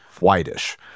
whitish